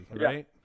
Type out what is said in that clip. right